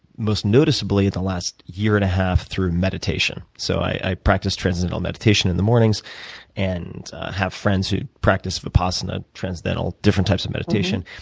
most noticeably the last year and a half through meditation. so i practice transcendental meditation in the mornings and have friends who practice vipassana transcendental different types of mediation.